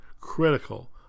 critical